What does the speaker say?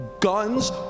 guns